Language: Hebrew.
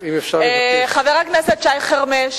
אם אפשר לבקש חבר הכנסת שי חרמש,